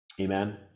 Amen